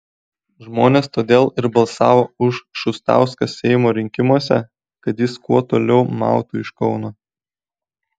žmonės todėl ir balsavo už šustauską seimo rinkimuose kad jis kuo toliau mautų iš kauno